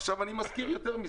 עכשיו, אני מזכיר יותר מזה.